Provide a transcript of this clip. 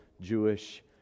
Jewish